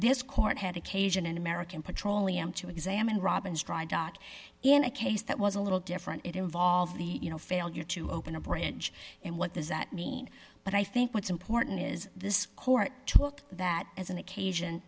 this court had occasion in american petroleum to examine robin's dry dock in a case that was a little different it involved the you know failure to open a bridge and what does that mean but i think what's important is this court took that as an occasion